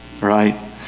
right